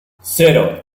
cero